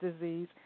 disease